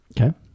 Okay